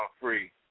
free